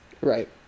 Right